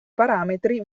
parametri